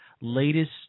latest